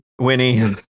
Winnie